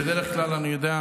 בדרך כלל אני יודע,